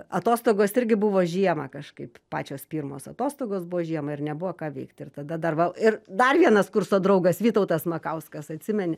atostogos irgi buvo žiemą kažkaip pačios pirmos atostogos buvo žiema ir nebuvo ką veikti ir tada dar va ir dar vienas kurso draugas vytautas makauskas atsimeni